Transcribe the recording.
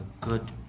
good